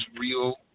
real